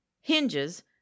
hinges